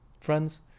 Friends